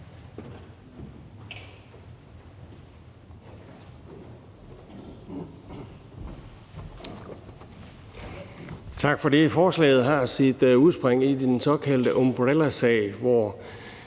Tak for det. Forslaget har sit udspring i den såkaldte Umbrellasag, hvor